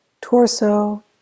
torso